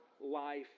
life